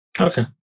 Okay